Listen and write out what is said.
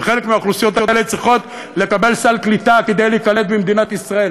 וחלק מהאוכלוסיות האלה צריכות לקבל סל קליטה כדי להיקלט במדינת ישראל,